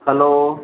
hello